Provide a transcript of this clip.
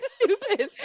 stupid